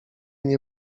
nie